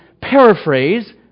paraphrase